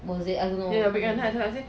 was it I don't know